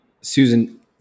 Susan